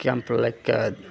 Kemp लागिके